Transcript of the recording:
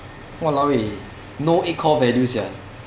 !walao! eh no eight core value sia